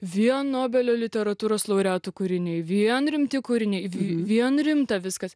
vien nobelio literatūros laureatų kūriniai vien rimti kūriniai vien rimta viskas